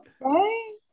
right